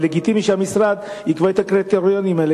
ולגיטימי שהמשרד יקבע את הקריטריונים האלה,